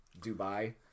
Dubai